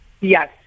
Yes